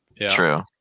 True